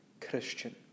Christian